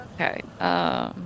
Okay